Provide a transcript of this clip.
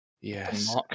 Yes